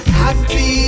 happy